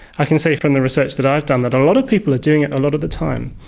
i can say from the research that i've done that a lot of people are doing it a lot of the time.